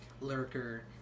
lurker